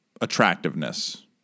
attractiveness